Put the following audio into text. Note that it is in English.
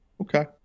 Okay